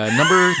number